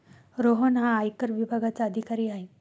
रोहन हा आयकर विभागाचा अधिकारी आहे